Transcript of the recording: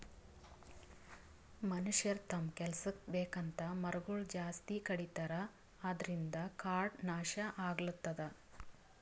ಮನಷ್ಯರ್ ತಮ್ಮ್ ಕೆಲಸಕ್ಕ್ ಬೇಕಂತ್ ಮರಗೊಳ್ ಜಾಸ್ತಿ ಕಡಿತಾರ ಅದ್ರಿನ್ದ್ ಕಾಡ್ ನಾಶ್ ಆಗ್ಲತದ್